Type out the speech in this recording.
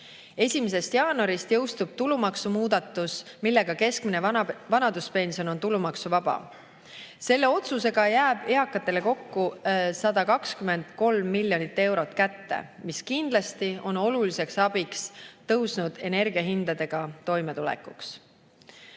kuus. 1. jaanuarist jõustub tulumaksumuudatus, millega keskmine vanaduspension on tulumaksuvaba. Selle otsusega jääb eakatele kätte kokku 123 miljonit eurot, mis kindlasti on oluline abi tõusnud energiahindadega toimetulekuks.